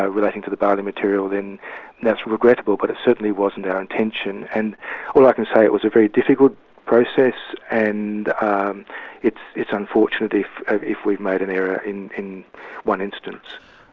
relating to the bali material, then that's regrettable, but it certainly wasn't our intention. and all i can say, it was a very difficult process and um it's it's unfortunate if if we've made an error in in one instance.